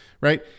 right